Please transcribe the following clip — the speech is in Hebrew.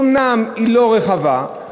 אומנם היא לא רחבה,